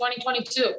2022